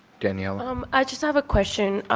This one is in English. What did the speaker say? daniela? um i just have a question.